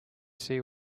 see